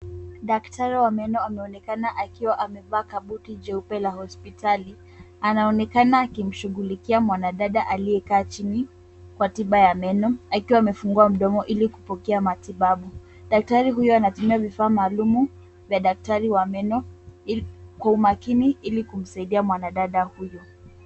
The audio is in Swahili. Daktari wa meno ameonekana akiwa amevaa kabuti jeupe la hospitali. Anaonekana akimshughulikia mwanadada aliyekaa chini kwa tiba ya meno akiwa amefungua mdomo ili kupokea matibabu. Daktari huyu anatumia vifaa maalumu vya daktari wa meno kwa umakini ili kumsaidia mwanadada huyu.